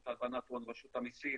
רשות המסים,